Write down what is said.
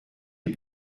est